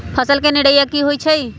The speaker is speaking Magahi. फसल के निराया की होइ छई?